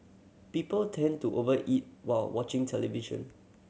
people tend to over eat while watching television